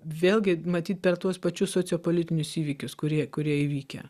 vėlgi matyt per tuos pačius sociopolitinius įvykius kurie kurie įvykę